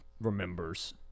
remembers